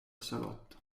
salotto